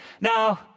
Now